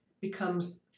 becomes